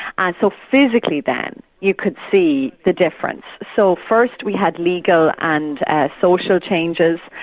and so physically then, you could see the difference. so first we had legal and social changes,